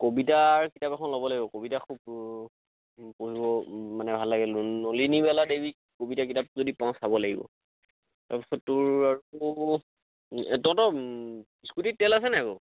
কবিতাৰ কিতাপ এখন ল'ব লাগিব কবিতাৰ খুব মানে ভাল লাগে নলিনীবালা দেৱীৰ কবিতা কিতাপ যদি পাওঁ চাব লাগিব তাৰ পাছত তোৰ আৰু এ তহঁতৰ স্কুটীত তেল আছে নাই বাৰু